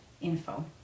info